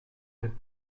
faites